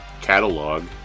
catalog